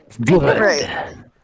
Good